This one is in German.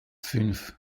fünf